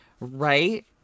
right